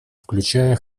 включая